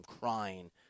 crying